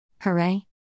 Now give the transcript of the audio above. Hooray